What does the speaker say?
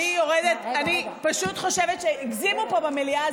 אני פשוט חושבת שהגזימו פה במליאה.